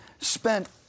spent